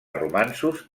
romanços